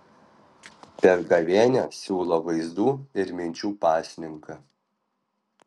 per gavėnią siūlo vaizdų ir minčių pasninką